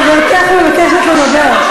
חברתך מבקשת לדבר.